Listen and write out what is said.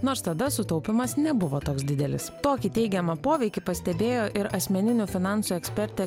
nors tada sutaupymas nebuvo toks didelis tokį teigiamą poveikį pastebėjo ir asmeninių finansų ekspertė